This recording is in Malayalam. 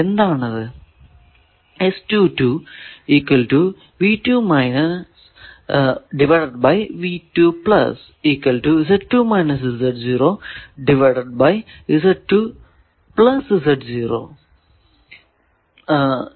എന്താണത്